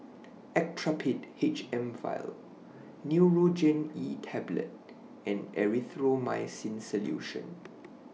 Actrapid H M Vial Nurogen E Tablet and Erythroymycin Solution